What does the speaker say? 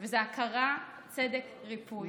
"הכרה, צדק, ריפוי".